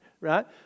right